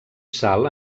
sal